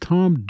Tom